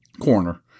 Corner